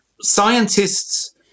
scientists